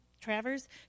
Travers